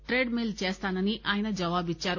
thread mill చేస్తానని ఆయన జవాబిచ్చారు